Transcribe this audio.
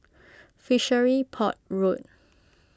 Fishery Port Road